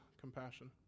compassion